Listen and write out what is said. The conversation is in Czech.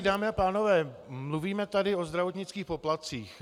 Dámy a pánové, mluvíme tady o zdravotnických poplatcích.